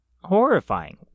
horrifying